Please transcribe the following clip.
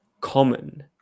common